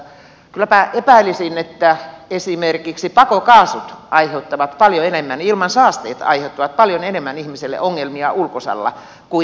kyllä minä epäilisin että esimerkiksi pakokaasut ja ilmansaasteet aiheuttavat paljon enemmän ihmiselle ongelmia ulkosalla kuin tämä